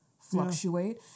fluctuate